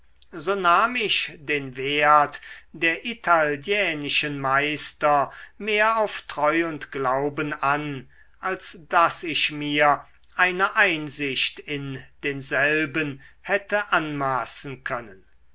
so nahm ich den wert der italienischen meister mehr auf treu und glauben an als daß ich mir eine einsicht in denselben hätte anmaßen können